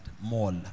Mall